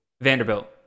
Vanderbilt